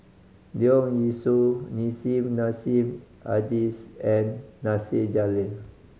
Leong Yee Soo Nissim Nassim Adis and Nasir Jalil